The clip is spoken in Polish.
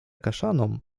kaszaną